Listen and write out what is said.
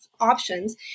options